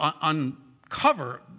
uncover